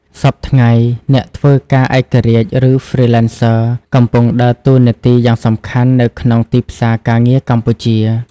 សព្វថ្ងៃ អ្នកធ្វើការឯករាជ្យ ឬ Freelancers កំពុងដើរតួនាទីយ៉ាងសំខាន់នៅក្នុងទីផ្សារការងារកម្ពុជា។